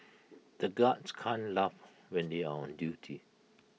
the guards can't laugh when they are on duty